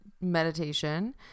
meditation